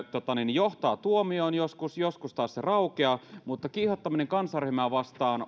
johtaa tuomioon joskus joskus taas se raukeaa mutta kiihottaminen kansanryhmää vastaan